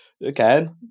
again